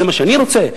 זה מה שאני רוצה?